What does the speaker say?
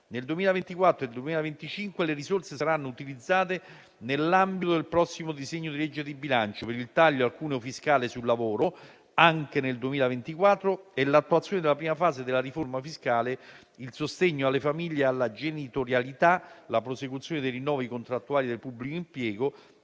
Nel 2024 e nel 2025 le risorse saranno utilizzate nell'ambito del prossimo disegno di legge di bilancio per il taglio al cuneo fiscale sul lavoro anche nel 2024; all'attuazione della prima fase della riforma fiscale; al sostegno alle famiglie e alla genitorialità; alla prosecuzione dei rinnovi contrattuali del pubblico impiego,